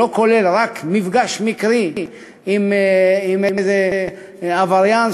שלא כולל רק מפגש מקרי עם איזה עבריין,